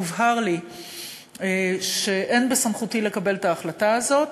הובהר לי שאין בסמכותי לקבל את ההחלטה הזאת,